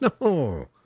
no